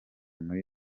muri